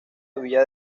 villa